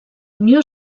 unió